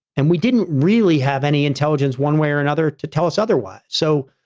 and we didn't really have any intelligence one way or another to tell us otherwise. so,